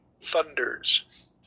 thunders